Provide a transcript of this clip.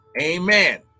Amen